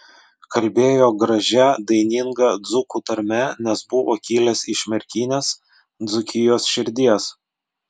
kalbėjo gražia daininga dzūkų tarme nes buvo kilęs iš merkinės dzūkijos širdies